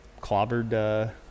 clobbered